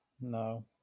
No